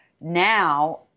now